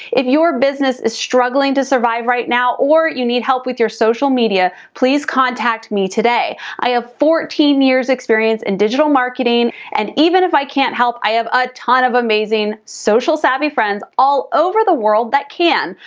if your business is struggling to survive right now, or you need help with your social media, please contact me today. i have fourteen years experience in digital marketing, and even if i can't help, i have a ton of amazing social savvy friends all over the world that can.